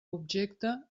objecte